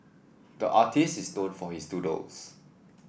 the artist is known for his doodles